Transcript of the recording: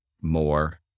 more